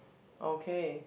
okay